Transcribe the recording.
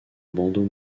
bandeau